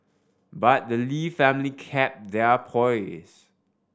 but the Lee family kept their poise